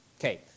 Okay